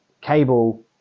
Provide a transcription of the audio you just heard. Cable